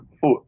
foot